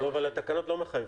לא, אבל התקנות לא מחייבות.